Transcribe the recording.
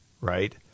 right